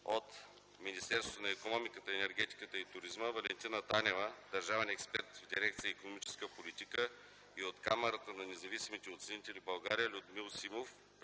от Министерство на икономиката, енергетиката и туризма: Валентина Танева – държавен експерт в дирекция „Икономическа политика”, и от Камарата на независимите оценители в България: Людмил Симов – председател,